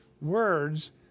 words